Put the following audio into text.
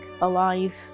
alive